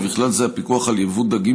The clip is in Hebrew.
ובכלל זה הפיקוח על יבוא דגים,